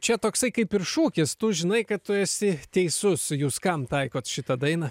čia toksai kaip ir šūkis tu žinai kad tu esi teisus jūs kam taikot šitą dainą